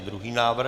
Druhý návrh?